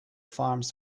farms